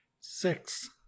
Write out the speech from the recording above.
Six